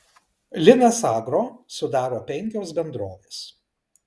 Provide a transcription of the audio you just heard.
linas agro sudaro penkios bendrovės